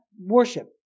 worship